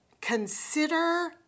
consider